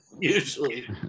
usually